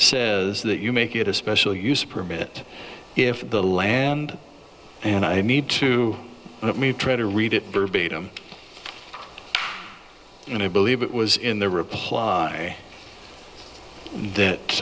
says that you make it a special use a permit if the land and i need to let me try to read it verbatim and i believe it was in the reply that